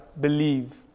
believe